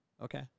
Okay